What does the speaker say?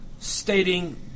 stating